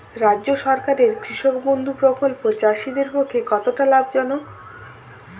রাজ্য সরকারের কৃষক বন্ধু প্রকল্প চাষীদের পক্ষে কতটা লাভজনক?